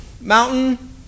Mountain